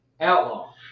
Outlaw